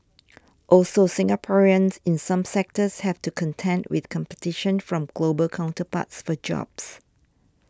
also Singaporeans in some sectors have to contend with competition from global counterparts for jobs